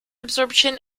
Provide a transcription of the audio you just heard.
absorption